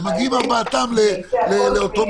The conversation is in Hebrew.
וארבעתם מגיעים לאותה